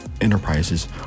Enterprises